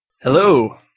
Hello